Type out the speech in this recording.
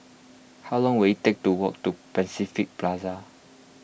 how long will it take to walk to Pacific Plaza